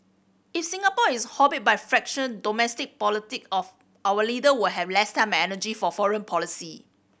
if Singapore is hobbled by fraction domestic politic of our leader will have less time and energy for foreign policy